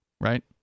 Right